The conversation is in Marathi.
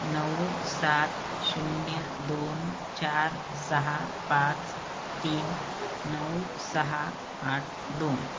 नऊ सात शून्य दोन चार सहा पाच तीन नऊ सहा आठ दोन